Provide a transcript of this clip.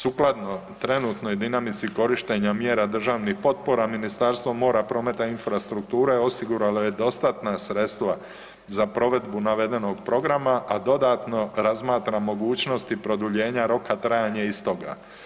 Sukladno trenutnoj dinamici korištenja mjera državnih potpora Ministarstvo mora, prometa i infrastrukture osiguralo je dostatna sredstva za provedbu navedenog programa, a dodatno razmatra mogućnosti produljenja roka trajanja istoga.